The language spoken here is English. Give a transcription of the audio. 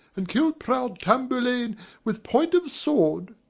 and kill proud tamburlaine with point of sword.